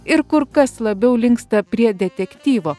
ir kur kas labiau linksta prie detektyvo